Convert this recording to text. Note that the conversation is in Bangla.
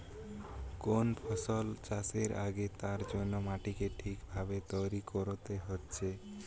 কোন ফসল চাষের আগে তার জন্যে মাটিকে ঠিক ভাবে তৈরী কোরতে হচ্ছে